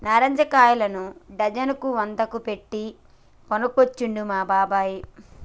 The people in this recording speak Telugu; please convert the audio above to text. నారింజ కాయలను డజన్ కు వంద పెట్టి కొనుకొచ్చిండు మా బాబాయ్